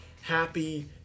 happy